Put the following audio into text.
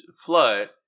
flood